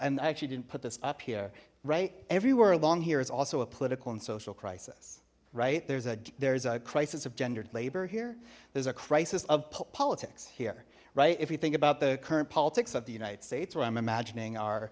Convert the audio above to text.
i actually didn't put this up here right everywhere along here is also a political and social crisis right there's a there's a crisis of gendered labor here there's a crisis of politics here right if you think about the current politics of the united states where i'm imagining our